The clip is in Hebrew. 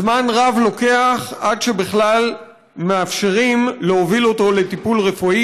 זמן רב לוקח עד שבכלל מאפשרים להוביל אותו לטיפול רפואי,